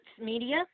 Media